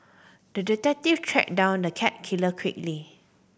the detective tracked down the cat killer quickly